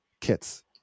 kits